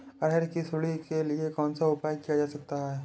अरहर की सुंडी के लिए कौन सा उपाय किया जा सकता है?